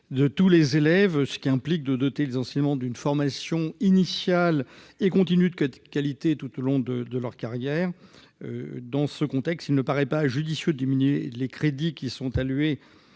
de tous les élèves, ce qui implique de doter les enseignants d'une formation initiale et continue de qualité tout au long de leur carrière. Dans ce contexte, il ne paraît pas judicieux de diminuer les crédits qui y sont alloués.